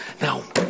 Now